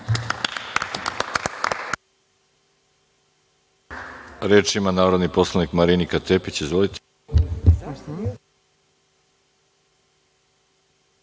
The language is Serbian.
reč? Reč ima narodni poslanik Marinika Tepić. Izvolite.